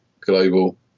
global